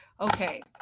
Okay